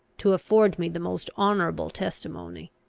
to afford me the most honourable testimony.